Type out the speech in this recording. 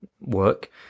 work